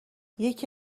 یکی